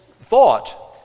thought